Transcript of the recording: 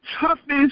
toughest